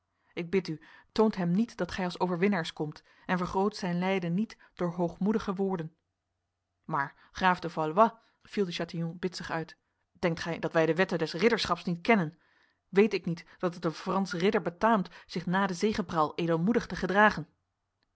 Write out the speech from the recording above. ik bid u toont hem niet dat gij als overwinnaars komt en vergroot zijn lijden niet door hoogmoedige woorden maar graaf de valois viel de chatillon bitsig uit denkt gij dat wij de wetten des ridderschaps niet kennen weet ik niet dat het een franse ridder betaamt zich na de zegepraal edelmoedig te gedragen